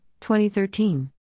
2013